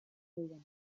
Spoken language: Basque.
zeuden